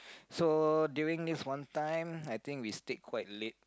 so during this one time I think we stick quite late